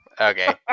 Okay